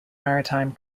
maritime